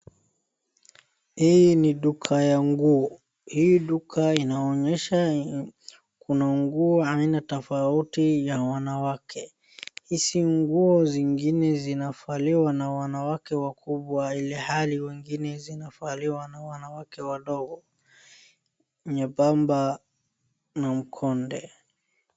Hii ni duka ya nguo. Hii duka inaonyesha kuna nguo aina tofauti ya wanawake. Hizi nguo zingine zinavaliwa na wanawake wakubwa ilhali wengine zinavaliwa na wanawake wadogo. Nyebamba na mkonde.